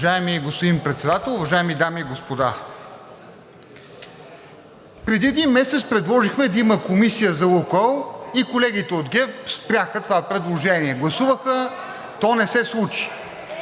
Уважаеми господин Председател, уважаеми дами и господа! Преди един месец предложихме да има комисия за „Лукойл“ и колегите от ГЕРБ спряха това предложение. (Шум и реплики